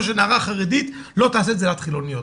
שנערה חרדית לא תעשה את זה ליד חילוניות.